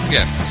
Yes